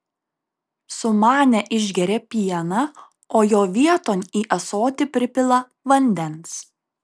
sumanę išgeria pieną o jo vieton į ąsotį pripila vandens